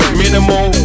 minimal